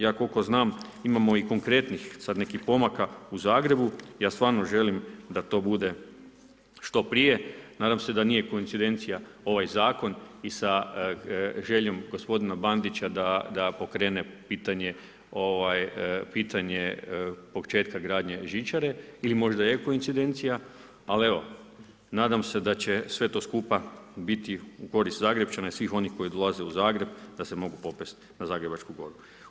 Ja koliko znam, imamo i konkretnih sada nekih pomaka u Zagrebu, ja stvarno želim da to bude što prije, nadam se da nije koincidencija ovaj zakon i sa željom gospodina Bandića da pokretne pitanje početak gradnje žičare ili možda eko incidencije, ali, evo, nadam se da će sve to skupa biti u korist Zagrepčana i svih onih koji dolaze u Zagreb, da se mogu popeti na Zagrebačku goru.